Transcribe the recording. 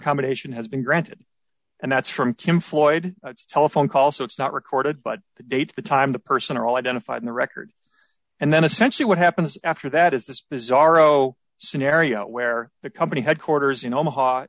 combination has been granted and that's from kim floyd a telephone call so it's not recorded but the dates the time the person are all identified in the record and then essentially what happens after that is this bizarro scenario where the company headquarters in omaha